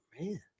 man